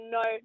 no